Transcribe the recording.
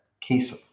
case